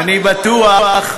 אני בטוח,